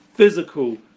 physical